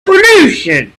pollution